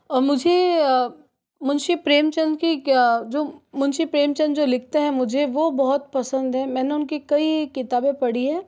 मुझे मुंशी प्रेमचंद की के जो मुंशी प्रेमचंद जो लिखते हैं मुझे वह बहुत पसंद हैं मैंने उनकी कई किताबें पढ़ी हैं